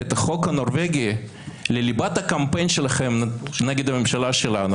את החוק הנורבגי לליבת הקמפיין שלכם נגד הממשלה שלנו.